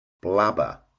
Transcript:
Blabber